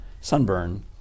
sunburn